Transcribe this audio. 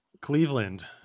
Cleveland